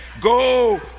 go